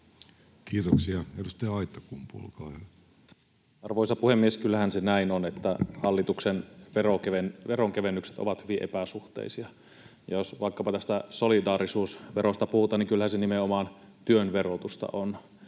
vuodelle 2024 Time: 20:30 Content: Arvoisa puhemies! Kyllähän se näin on, että hallituksen veronkevennykset ovat hyvin epäsuhteisia, ja jos vaikkapa tästä solidaarisuusverosta puhutaan, niin kyllähän se nimenomaan työn verotusta on.